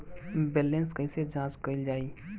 Balance कइसे जांच कइल जाइ?